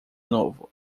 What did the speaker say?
novo